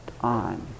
on